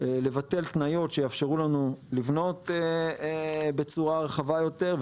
לבטל התניות שיאפשרו לנו לבנות בצורה רחבה יותר,